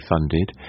funded